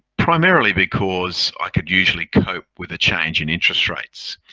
primarily because i could usually cope with the change in interest rates.